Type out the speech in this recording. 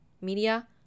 Media